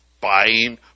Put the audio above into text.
Buying